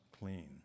clean